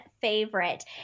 favorite